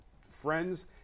friends